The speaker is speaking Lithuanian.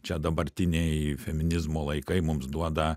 čia dabartiniai feminizmo laikai mums duoda